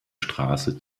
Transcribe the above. straße